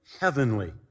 heavenly